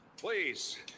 please